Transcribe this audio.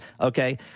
okay